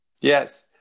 Yes